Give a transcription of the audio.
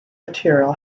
material